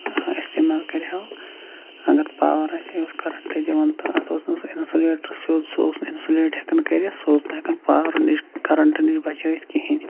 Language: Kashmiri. اِستعمال کرِ ہو اگر پاور آسہ ہا یہِ اوس کَرنٹ دِوان تہٕ اتھ اوس نہٕ سُہ اِنسُلیٹر سیٚود سُہ اوس نہٕ اِنسُلیٹ ہیٚکان کٔرتھ سُہ اوس نہٕ ہیٚکن پاورٕ نِش کَرنٹہٕ نِش بَچاوِتھ کہیٖنۍ